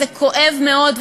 זה כואב מאוד,